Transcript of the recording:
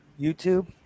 YouTube